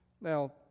Now